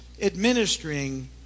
administering